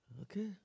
Okay